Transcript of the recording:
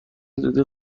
زودی